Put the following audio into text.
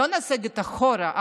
לא לסגת אחורה.